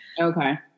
Okay